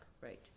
Right